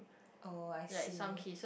oh I see